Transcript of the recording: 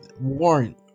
warrant